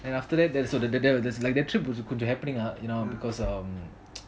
and after that that that that's the trip was quite happening you know because um